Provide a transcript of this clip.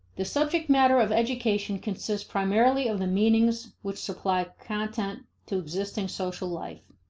the subject matter of education consists primarily of the meanings which supply content to existing social life.